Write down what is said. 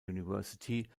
university